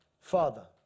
Father